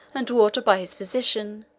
and water by his physician,